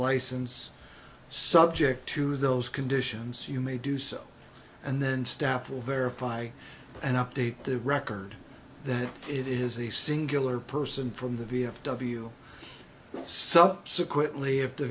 license subject to those conditions you may do so and then staff will verify and update the record that it is a singular person from the v f w subsequently if the